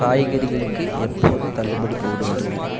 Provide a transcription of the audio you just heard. காய்கறிகளுக்கு எப்போது தள்ளுபடி போடுவார்கள்